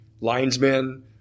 linesmen